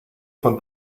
von